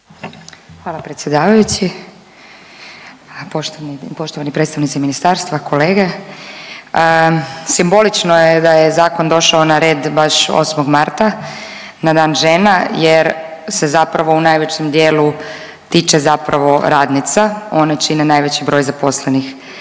Hvala predsjedavajući, poštovani, poštovani predstavnici ministarstva, kolege. Simbolično je da je zakon došao na red baš 8. Marta na Dan žena jer se zapravo u najvećem dijelu tiče zapravo radnica, one čine najveći broj zaposlenih.